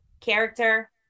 character